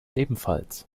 ebenfalls